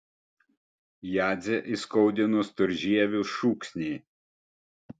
jadzę įskaudino storžievių šūksniai